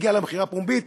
הגיע למכירה הפומבית